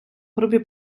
грубі